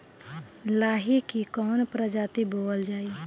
लाही की कवन प्रजाति बोअल जाई?